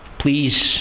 please